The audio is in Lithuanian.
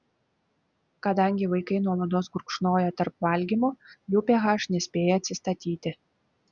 kadangi vaikai nuolatos gurkšnoja tarp valgymų jų ph nespėja atsistatyti